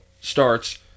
starts